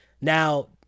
Now